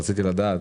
רציתי לדעת